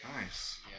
Nice